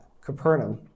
Capernaum